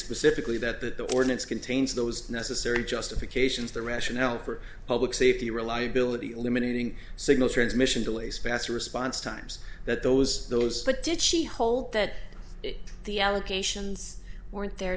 specifically that that the ordinance contains those necessary justifications the rationale for public safety reliability eliminating signals transmission delays faster response times that those those but did she hold that the allegations weren't